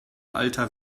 alter